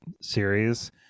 series